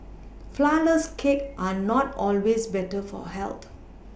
flourless cakes are not always better for health